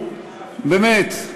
באמת,